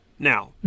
Now